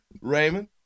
Raymond